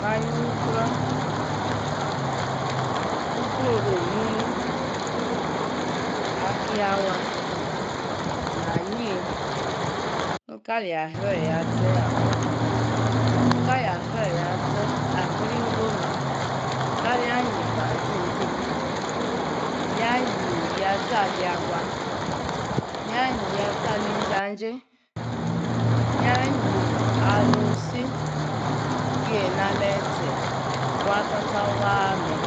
Maa juu ukruor awa ukrouor oru omumu. Akiyi naa yii ni kə leyi aba jsri yatse abuor me ka le yi a sra yatse asringo me ka leyi an yi inkpanzi yaa anyi yatse ali yafua ya anyi yatse alin jajei yaa anyi yatse ali yafua ya nayi ystse alinjajei yaa anyi ali otsi ki ki yena loor etse. wa tcha tcha was me